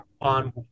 on